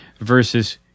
versus